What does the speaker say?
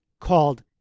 called